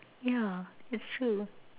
yeah it's true